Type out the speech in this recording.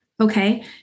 okay